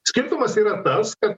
skirtumas yra tas kad